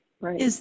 Right